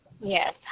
Yes